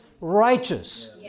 righteous